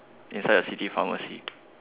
inside the city pharmacy